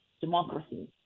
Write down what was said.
democracy